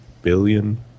billion